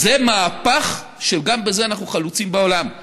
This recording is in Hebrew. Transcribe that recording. זה מהפך, וגם בזה אנחנו חלוצים בעולם.